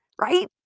right